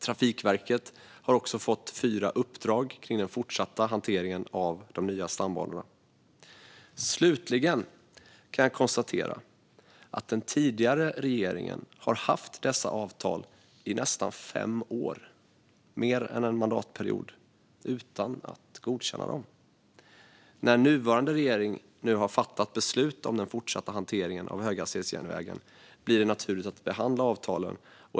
Trafikverket har också fått fyra uppdrag som gäller den fortsatta hanteringen av de nya stambanorna. Slutligen kan jag konstatera att den tidigare regeringen har haft dessa avtal i nästan fem år - mer än en mandatperiod - utan att godkänna dem. När nuvarande regering nu har fattat beslut om den fortsatta hanteringen av höghastighetsjärnvägen blir det naturligt att behandla avtalen.